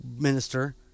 minister